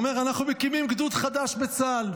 הוא אומר, אנחנו מקימים גדוד חדש בצה"ל.